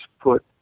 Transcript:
put